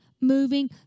moving